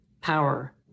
Power